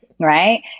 Right